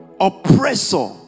oppressor